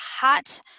hot